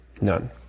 None